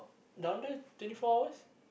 down there twenty four hours